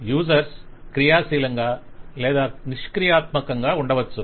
users క్రియాశీలంగా లేదా నిష్క్రియాత్మకంగా ఉండవచ్చు